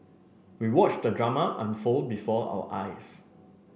we watched the drama unfold before our eyes